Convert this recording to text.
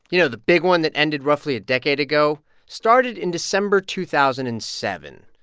you know, the big one that ended roughly a decade ago started in december two thousand and seven.